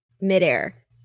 Midair